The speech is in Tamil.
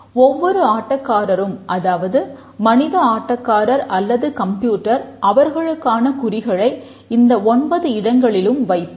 ஒவ்வொரு ஆட்டக்காரரும் அதாவது மனித ஆட்டக்காரர் அல்லது கம்ப்யூட்டர் அவர்களுக்கான குறிகளை இந்த ஒன்பது இடங்களிலும் வைப்பர்